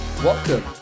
Welcome